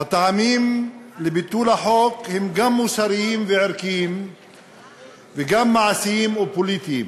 הטעמים לביטול החוק הם גם מוסריים וערכיים וגם מעשיים ופוליטיים.